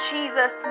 Jesus